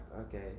okay